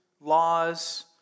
laws